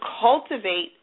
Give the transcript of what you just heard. cultivate